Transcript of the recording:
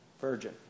virgin